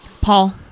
Paul